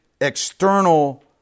external